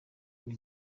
ngo